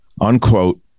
unquote